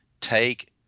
take